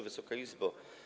Wysoka Izbo!